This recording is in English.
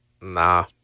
Nah